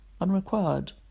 unrequired